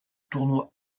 tournoi